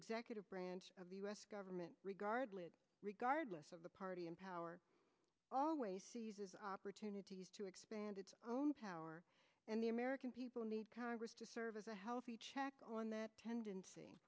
executive branch of the u s government regardless regardless of the party in power always opportunities to expand its power and the american people need congress to serve as a healthy check on that tendency